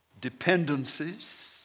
dependencies